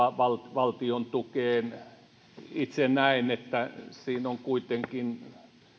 valtiontukeen itse näen että siinä on kuitenkin